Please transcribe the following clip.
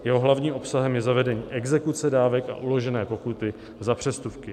Jeho hlavním obsahem je zavedení exekuce dávek a uložené pokuty za přestupky.